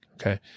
Okay